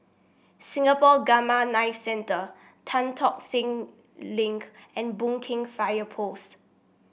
Singapore Gamma Knife Centre Tan Tock Seng Link and Boon Keng Fire Post